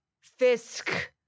fisk